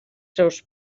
seus